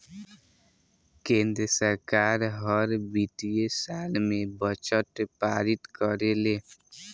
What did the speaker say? केंद्र सरकार हर वित्तीय साल में बजट पारित करेले